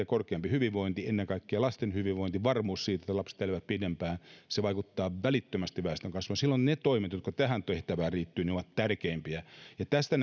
korkeampi hyvinvointi ennen kaikkea lasten hyvinvointi varmuus siitä että lapset elävät pidempään sitä enemmän se vaikuttaa välittömästi väestönkasvuun silloin ne toimet jotka tähän tehtävään liittyvät ovat tärkeimpiä tästä